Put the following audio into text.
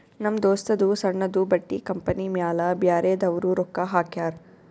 ನಮ್ ದೋಸ್ತದೂ ಸಣ್ಣುದು ಬಟ್ಟಿ ಕಂಪನಿ ಮ್ಯಾಲ ಬ್ಯಾರೆದವ್ರು ರೊಕ್ಕಾ ಹಾಕ್ಯಾರ್